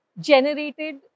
generated